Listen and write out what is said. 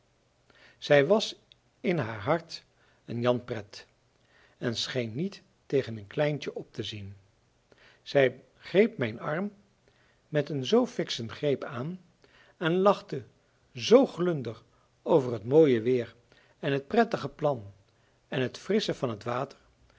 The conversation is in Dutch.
zij was in haar hart een jan pret en scheen niet tegen een kleintje op te zien zij greep mijn arm met een zoo fikschen greep aan en lachte zoo glunder over t mooie weer en t prettige plan en t frissche van t water